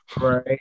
Right